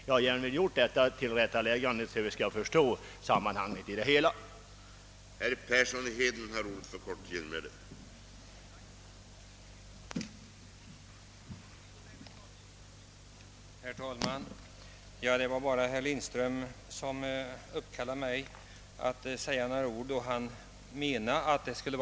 Jag har velat göra dessa tillrättalägganden för att sammanhanget i sin helhet skall kunna rätt förstås.